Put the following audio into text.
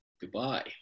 Goodbye